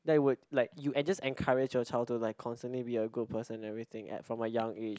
that would like you en~ just encourage your child to like constantly be a good person and everything at from a young age